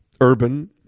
urban